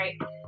right